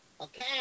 Okay